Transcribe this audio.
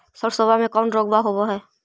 सरसोबा मे कौन रोग्बा होबय है?